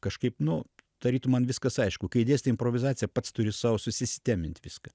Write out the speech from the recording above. kažkaip nu tarytum man viskas aišku kai dėstai improvizaciją pats turi sau susistemint viską